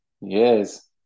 yes